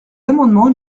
amendements